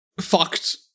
fucked